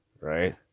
right